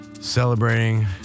Celebrating